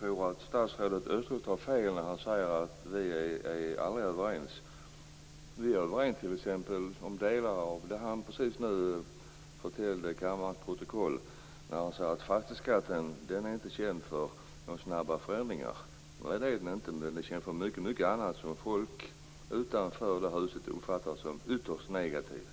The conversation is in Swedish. Fru talman! Statsrådet Östros har fel när han säger att vi aldrig är överens. Vi är överens om t.ex. delar av det som statsrådet sade till kammarens protokoll, nämligen att fastighetsskatten inte är känd för snabba förändringar. Nej, det är den inte. Men den är känd för mycket annat som folk utanför det här huset uppfattar som ytterst negativt.